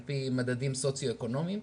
על פי מדדים סוציו אקונומיים,